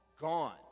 Gone